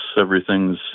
everything's